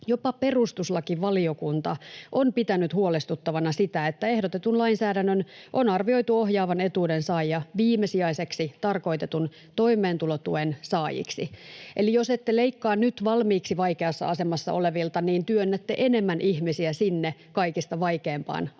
Jopa perustuslakivaliokunta on pitänyt huolestuttavana sitä, että ehdotetun lainsäädännön on arvioitu ohjaavan etuuden saajia viimesijaiseksi tarkoitetun toimeentulotuen saajiksi. Eli vaikka ette leikkaa nyt valmiiksi vaikeassa asemassa olevilta, niin työnnätte enemmän ihmisiä sinne kaikista vaikeimpaan asemaan,